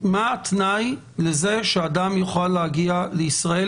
מה התנאי לזה שאדם יוכל להגיע לישראל?